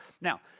Now